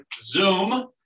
Zoom